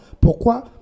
pourquoi